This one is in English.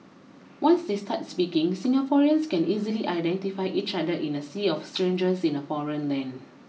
once they start speaking Singaporeans can easily identify each other in a sea of strangers in a foreign land